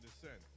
descent